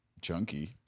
chunky